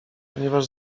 ponieważ